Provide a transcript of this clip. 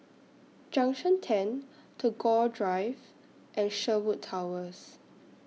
Junction ten Tagore Drive and Sherwood Towers